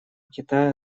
китая